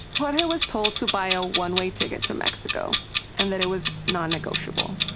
jorge was told to buy a one-way ticket to mexico and that it was non-negotiable